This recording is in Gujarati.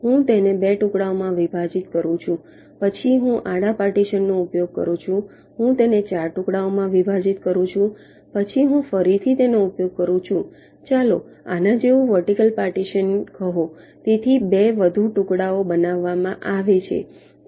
હું તેને 2 ટુકડાઓમાં વિભાજિત કરું છું પછી હું આડા પાર્ટીશનનો ઉપયોગ કરું છું હું તેને 4 ટુકડાઓમાં વિભાજીત કરું છું પછી હું ફરીથી ઉપયોગ કરું છું ચાલો આના જેવું વર્ટિકલ પાર્ટીશન કહો તેથી 2 વધુ ટુકડાઓ બનાવવામાં આવે છે